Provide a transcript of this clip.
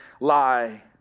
lie